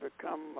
become